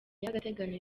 y’agateganyo